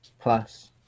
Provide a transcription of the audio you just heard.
plus